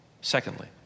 Secondly